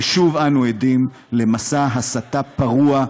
ושוב אנו עדים למסע הסתה פרוע,